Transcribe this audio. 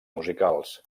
musicals